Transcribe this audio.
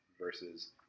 versus